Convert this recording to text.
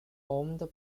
owned